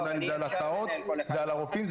אם זה על ההסעות ועל הרופאים,